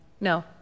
No